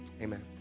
Amen